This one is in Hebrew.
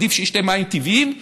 עדיף שישתה מים טבעיים,